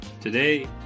today